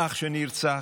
באח שנרצח,